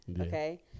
Okay